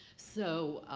so,